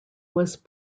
was